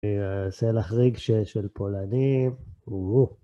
יעשה לך ריגשי של פולנים, וואו.